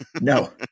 No